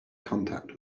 contact